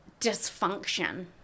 dysfunction